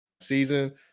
season